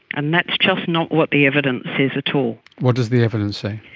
and that's just not what the evidence says at all. what does the evidence say?